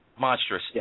monstrous